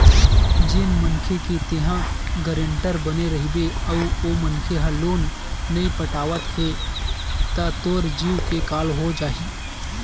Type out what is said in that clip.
जेन मनखे के तेंहा गारेंटर बने रहिबे अउ ओ मनखे ह लोन नइ पटावत हे त तोर जींव के काल हो जाही